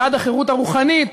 ועד החירות הרוחנית,